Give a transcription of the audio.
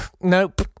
Nope